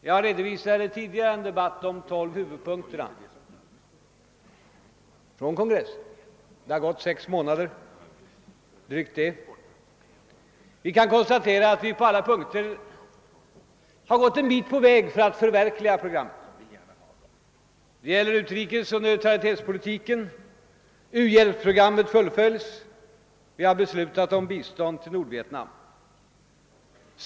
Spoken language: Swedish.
Jag redovisade i en tidigare debatt de tolv huvudpunkter som kongressen ställde upp. Det har nu förflutit sex månader och drygt det. Vi kan konstatera att vi på alla punkter har gått en bit på vägen mot att förverkliga programmet. Det gäller utrikesoch neutralitetspolitiken. U-hjälpsprogrammet fullföljs. Vi har beslutat om bistånd till Nordvietnam.